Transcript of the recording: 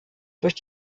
durch